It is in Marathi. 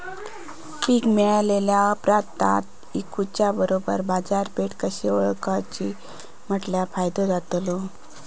पीक मिळाल्या ऑप्रात ता इकुच्या बरोबर बाजारपेठ कशी ओळखाची म्हटल्या फायदो जातलो?